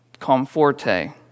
comforte